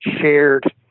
shared